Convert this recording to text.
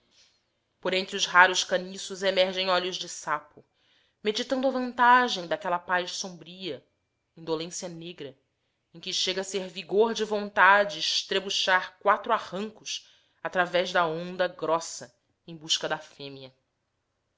por entre os raros caniços emergem olhos de sapo meditando a vantagem daquela paz sombria indolência negra em que chega a ser vigor de vontade estrebuchar quatro arrancos através da onda grossa em busca da fêmea